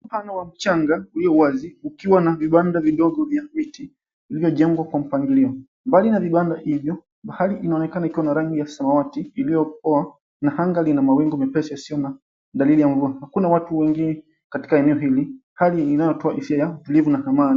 Mpana wa mchanga uliowazi ukiwa na vibanda vidogo vya miti vilivyo jengwa kwa mpangilio. Mbali na vibanda hivyo, bahari inaonekana ikiwa na rangi ya samawati iliyopoa na anga lina mawingu mepesi usio na dalili ya mvua. Hakuna watu wengi katika eneo hili, hali inayotoa hisia ya tulivu na thamani.